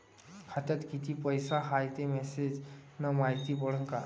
खात्यात किती पैसा हाय ते मेसेज न मायती पडन का?